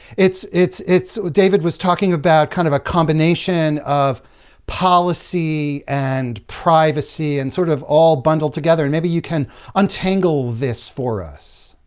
it's it's david was talking about kind of a combination of policy and privacy, and sort of all bundled together. and maybe, you can untangle this for us?